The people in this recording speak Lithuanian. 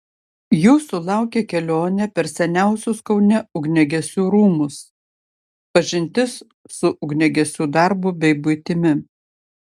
jūsų laukia kelionė per seniausius kaune ugniagesių rūmus pažintis su ugniagesiu darbu bei buitimi